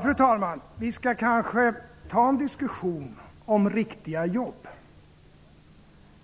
Fru talman! Vi skall kanske ta en diskussion om riktiga jobb.